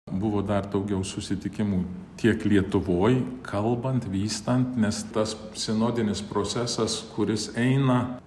buvo dar daugiau susitikimų tiek lietuvoj kalbant vystant nes tas sinodinis procesas kuris eina